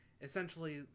essentially